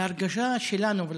וההרגשה שלנו היא,